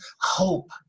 hope